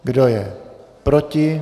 Kdo je proti?